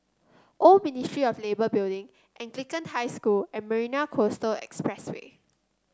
Old Ministry of Labour Building Anglican High School and Marina Coastal Expressway